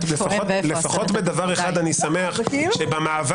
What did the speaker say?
לפחות בדבר אחד אני שמח שבמעבר